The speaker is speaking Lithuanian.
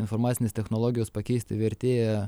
informacinės technologijos pakeisti vertėją